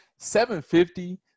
750